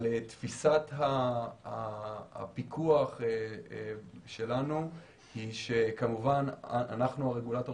תפיסת הפיקוח שלנו היא שאנחנו הרגולטור